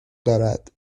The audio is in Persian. دارد